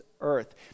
earth